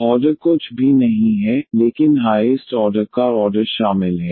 और ऑर्डर कुछ भी नहीं है लेकिन हाइएस्ट ऑर्डर का ऑर्डर शामिल है